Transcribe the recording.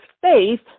faith